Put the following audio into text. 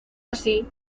así